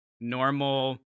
normal